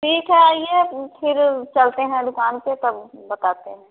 ठीक है आइए फिर चलते हैं दुकान पे तब बताते हैं